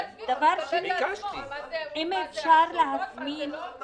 או שהם יתרגלו לעשות את זה בבית כמו שהם עושים עכשיו.